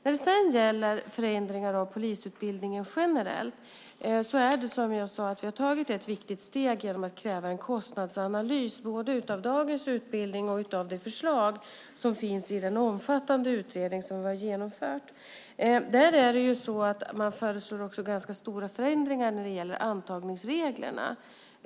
När det sedan gäller förändringar i polisutbildningen generellt har vi som jag sade tagit ett viktigt steg genom att kräva en kostnadsanalys både av dagens utbildning och av det förslag som finns i den omfattande utredning som vi har genomfört. Man föreslår också ganska stora förändringar av antagningsreglerna.